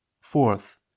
Fourth